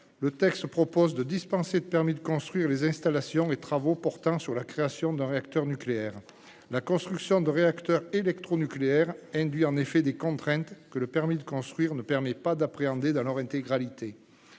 propose ainsi de dispenser de permis de construire les installations et les travaux de création d'un réacteur nucléaire. La construction de réacteurs électronucléaires induit en effet des contraintes que le permis de construire ne permet pas d'appréhender dans leur intégralité.